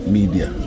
Media